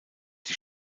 die